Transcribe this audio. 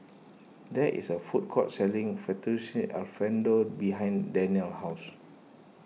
there is a food court selling Fettuccine Alfredo behind Danelle house